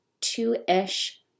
two-ish